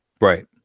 right